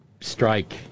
strike